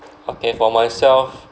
okay for myself